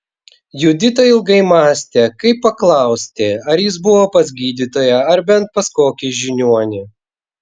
judita ilgai mąstė kaip paklausti ar jis buvo pas gydytoją ar bent pas kokį žiniuonį